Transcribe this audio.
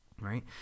right